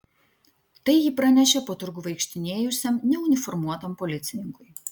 tai ji pranešė po turgų vaikštinėjusiam neuniformuotam policininkui